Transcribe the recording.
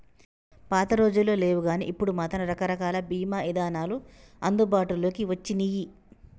పాతరోజుల్లో లేవుగానీ ఇప్పుడు మాత్రం రకరకాల బీమా ఇదానాలు అందుబాటులోకి వచ్చినియ్యి